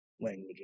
language